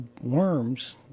worms